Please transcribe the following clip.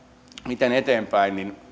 miten eteenpäin